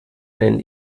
einen